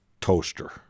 toaster